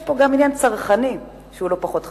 יש פה גם עניין צרכני שהוא לא פחות חשוב.